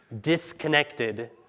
disconnected